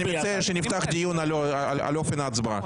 אני מציע שנפתח דיון על אופן ההצבעה.